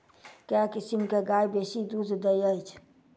केँ किसिम केँ गाय बेसी दुध दइ अछि?